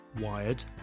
Wired